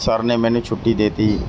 sir ਨੇ ਮੈਨੂੰ ਛੁੱਟੀ ਦੇ ਦਿੱਤੀ